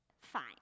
fine